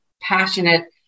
passionate